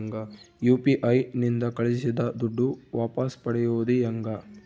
UPI ನಿಂದ ಕಳುಹಿಸಿದ ದುಡ್ಡು ವಾಪಸ್ ಪಡೆಯೋದು ಹೆಂಗ?